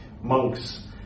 Monks